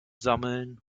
sammeln